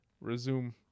resume